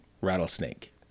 Rattlesnake